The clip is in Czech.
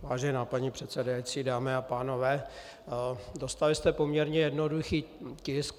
Vážená paní předsedající, dámy a pánové, dostali jste poměrně jednoduchý tisk.